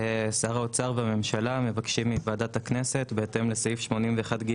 שר האוצר והממשלה מבקשים מוועדת הכנסת בהתאם לסעיף 81(ג)